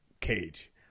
cage